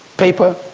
paper,